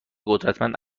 قدرتمند